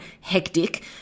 hectic